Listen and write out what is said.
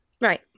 Right